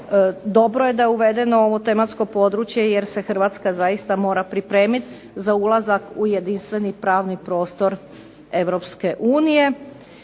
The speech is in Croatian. Dobro je da je uvedeno ovo tematsko područje jer se Hrvatska zaista mora pripremiti za ulazak u jedinstveni pravni prostor EU.